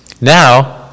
Now